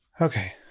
Okay